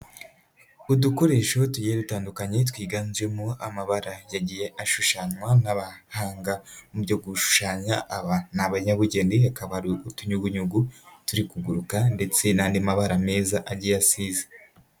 Udukoresho tugiye dutandukanye twiganjemo amabara yagiye ashushanywa n'abahanga mu byo gushushanya, aba ni abanyabugeni akaba ari utunyugunyugu turi kuguruka ndetse n'andi mabara meza agiye asize.